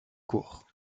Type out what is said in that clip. court